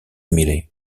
millet